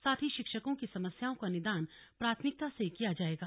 साथ ही शिक्षकों की समस्याओं का निदान प्राथमिकता से किया जायेगा